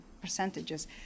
percentages